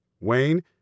Wayne